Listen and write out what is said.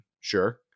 Sure